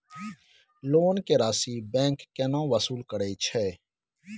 Loan के राशि bank केना वसूल करे छै?